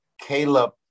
Caleb